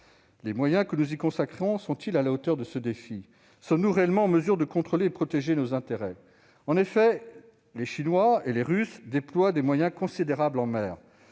Les moyens que nous y consacrons sont-ils à la hauteur de ce défi ? Sommes-nous réellement en mesure de contrôler et de protéger nos intérêts ? Les Chinois et les Russes déploient des moyens considérables en mer.